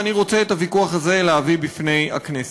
ואני רוצה את הוויכוח הזה להביא בפני הכנסת.